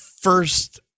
first